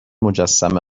مجسمه